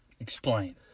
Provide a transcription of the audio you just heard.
Explain